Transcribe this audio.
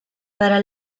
para